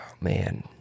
man